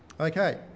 Okay